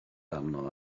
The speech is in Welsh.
arno